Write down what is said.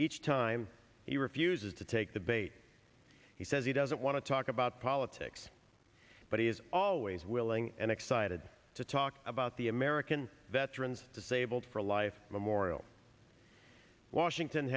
each time he refuses to take the bait he says he doesn't want to talk about politics but he is always willing and excited to talk about the american veterans disabled for life memorial washington